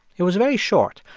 it was very short.